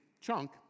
chunk